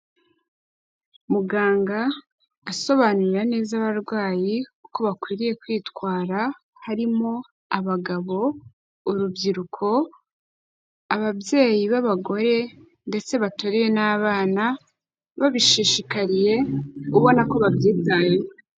Muganga asobanurira neza abarwayi, uko bakwiriye kwitwara, harimo abagabo, urubyiruko, ababyeyi b'abagore ndetse bateruye n'abana, babishishikariye, ubona ko babyitayeho.